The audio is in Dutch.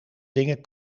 dingen